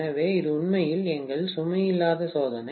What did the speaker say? எனவே இது உண்மையில் எங்கள் சுமை இல்லாத சோதனை